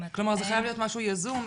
כלומר, זה חייב להיות משהו יזום.